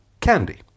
candy